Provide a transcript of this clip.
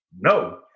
No